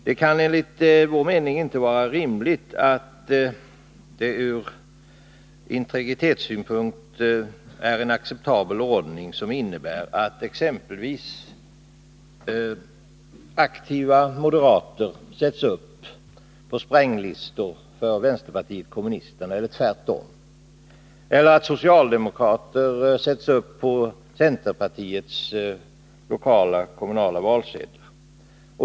Det kan enligt vår mening inte vara rimligt att ur integritetssynpunkt acceptera en ordning som innebär att exempelvis aktiva moderater sätts upp på spränglistor för vänsterpartiet kommunisterna eller tvärtom, eller att socialdemokrater sätts upp på centerpartiets lokala kommunala valsedel.